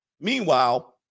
Meanwhile